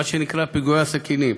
מה שנקרא "פיגועי הסכינים",